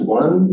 one